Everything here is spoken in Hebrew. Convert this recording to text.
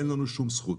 אין לנו שום זכות.